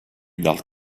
dal